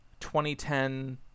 2010